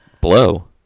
Blow